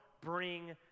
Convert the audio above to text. bring